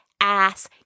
ass